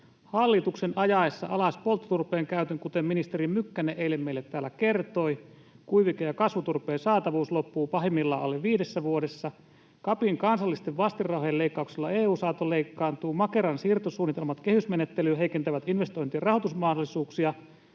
Hallituksen ajaessa alas polttoturpeen käytön, kuten ministeri Mykkänen eilen meille täällä kertoi, kuivike- ja kasvuturpeen saatavuus loppuu pahimmillaan alle viidessä vuodessa. CAPin kansallisten vastinrahojen leikkauksella EU-saanto leikkaantuu. Makeran siirtosuunnitelmat kehysmenettelyyn heikentävät investointien rahoitusmahdollisuuksia.